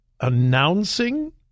announcing